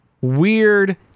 weird